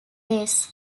base